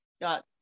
got